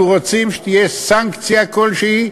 אנחנו רוצים שתהיה סנקציה כלשהי,